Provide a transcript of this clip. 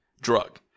drug